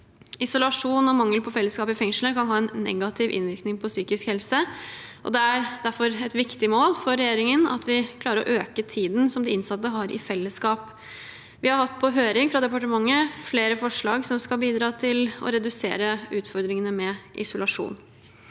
Isolasjon og mangel på fellesskap i fengslene kan ha en negativ innvirkning på psykisk helse. Det er derfor et viktig mål for regjeringen å klare å øke tiden som de innsatte har i fellesskap. Vi har hatt på høring flere forslag fra departementet som skal bidra til å redusere utfordringene med isolasjon.